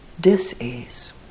dis-ease